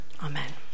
amen